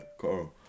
Carl